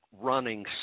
running